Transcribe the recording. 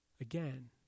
again